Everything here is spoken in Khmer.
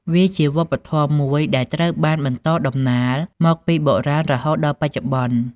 វាជាវប្បធម៌មួយដែលត្រូវបានបន្តដំណាលមកពីបុរាណរហូតដល់បច្ចុប្បន្ន។